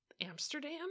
Amsterdam